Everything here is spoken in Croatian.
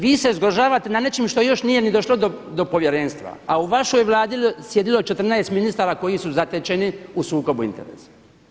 Vi se zgrožavate nad nečim što još nije ni došlo do Povjerenstva, a u vašoj Vladi sjedilo je 14 ministara koji su zatečeni u sukobu interesa.